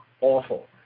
Awful